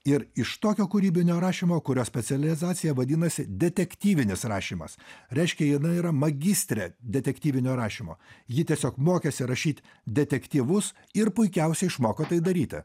ir iš tokio kūrybinio rašymo kurio specializacija vadinasi detektyvinis rašymas reiškia jinai yra magistrė detektyvinio rašymo ji tiesiog mokėsi rašyt detektyvus ir puikiausiai išmoko tai daryti